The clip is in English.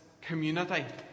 community